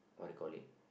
what do you call it